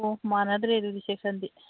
ꯑꯣ ꯃꯥꯟꯅꯗ꯭ꯔꯦ ꯑꯗꯨꯗꯤ ꯁꯦꯛꯁꯟꯗꯤ